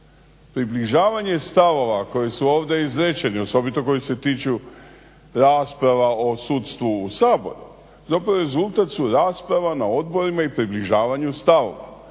Približavanje stavova koji su ovdje izrečeni, osobito koji se tiču rasprava o sudstvu u Saboru zapravo rezultat su rasprava na odborima i približavanju stavova.